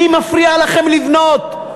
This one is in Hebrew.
מי מפריע לכם לבנות?